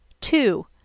Two